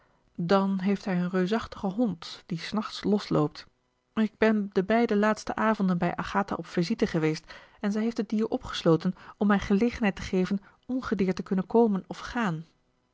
dan heeft hij een reusachtigen hond die s nachts losloopt ik ben de beide laatste avonden bij agatha op visite geweest en zij heeft het dier opgesloten om mij gelegenheid te geven ongedeerd te kunnen komen of gaan